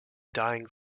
dying